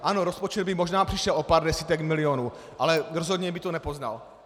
Ano, rozpočet by možná přišel o pár desítek milionů, ale rozhodně by to nepoznal.